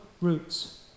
roots